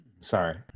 Sorry